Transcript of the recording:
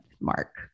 mark